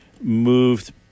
moved